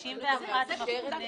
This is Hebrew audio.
לגמרי.